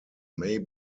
may